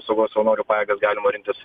apsaugos savanorių pagal galima rinktis